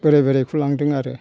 बोराय बोरायखौ लांदों आरो